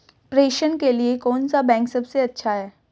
प्रेषण के लिए कौन सा बैंक सबसे अच्छा है?